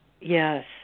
Yes